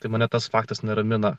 tai mane tas faktas neramina